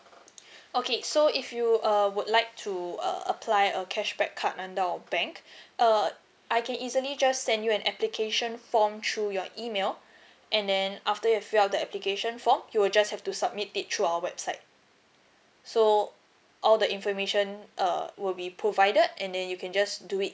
okay so if you uh would like to uh apply a cashback card under our bank err I can easily just send you an application form through your email and then after you fill up the application form you will just have to submit it through our website so all the information uh will be provided and then you can just do it